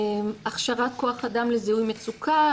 הכשרת כח אדם לזיהוי מצוקה,